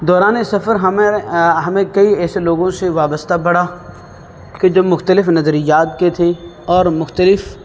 دوران سفر ہمیں ہمیں کئی ایسے لوگوں سے وابستہ پڑا کہ جب مختلف نظریات کے تھے اور مختلف